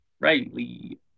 Rightly